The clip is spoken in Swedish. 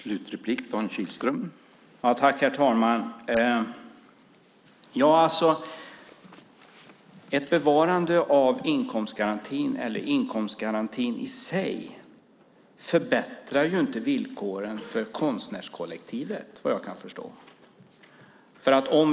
Herr talman! Ett bevarande av inkomstgarantin eller inkomstgarantin i sig förbättrar inte villkoren för konstnärskollektivet, vad jag kan förstå.